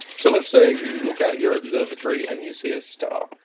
so let's say you look out your observatory and you see a star.